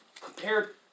compared